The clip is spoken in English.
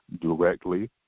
directly